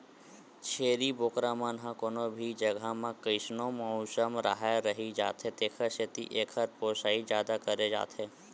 छेरी बोकरा मन ह कोनो भी जघा म कइसनो मउसम राहय रहि जाथे तेखर सेती एकर पोसई जादा करे जाथे